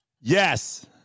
Yes